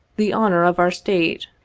the honor of our state.